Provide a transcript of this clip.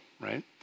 right